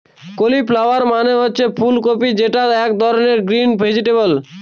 cauliflower মানে হচ্ছে ফুল কপি যেটা এক ধরনের গ্রিন ভেজিটেবল